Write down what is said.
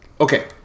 Okay